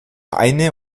eine